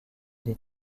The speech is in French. des